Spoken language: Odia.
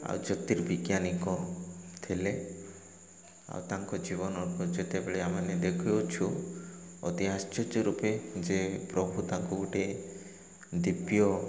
ଆଉ ଜ୍ୟୋତିର୍ବିଜ୍ଞାନୀ ଥିଲେ ଆଉ ତାଙ୍କ ଜୀବନକୁ ଯେତେବେଳେ ଆମେ ମାନେ ଦେଖୁଅଛୁ ଅତି ଆଶ୍ଚର୍ଯ୍ୟ ରୂପେ ଯେ ପ୍ରଭୁ ତାଙ୍କୁ ଗୋଟେ ଦିବ୍ୟ